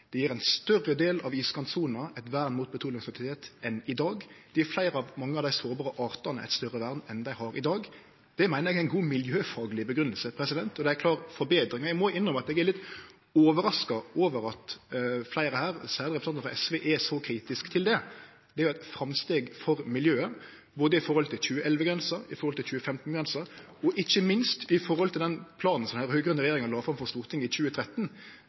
Det gjev ein større del av iskantsona eit vern mot petroleumsaktivitet enn i dag. Det gjev fleire av mange av dei sårbare artane eit større vern enn dei har i dag. Det meiner eg er ei god miljøfagleg grunngjeving, og det er ei klar forbetring. Eg må innrømme at eg er litt overraska over at fleire her, særleg representanten frå SV, er så kritiske til det. Det er jo eit framsteg for miljøet i forhold til både 2011-grensa, 2015-grensa og ikkje minst den planen den raud-grøne regjeringa la fram for Stortinget i 2013,